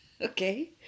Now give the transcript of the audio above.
Okay